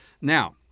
Now